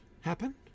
happen